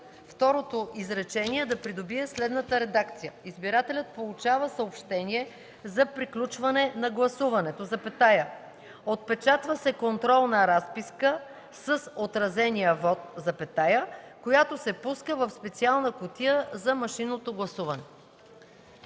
второто изречение да придобие следната редакция: „Избирателят получава съобщение за приключване на гласуването, отпечатва се контролна разписка с отразения вот, която се пуска в специална кутия за машинното гласуване”.